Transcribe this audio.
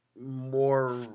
more –